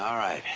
um right.